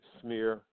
smear